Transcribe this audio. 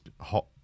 hot